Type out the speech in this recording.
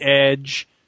edge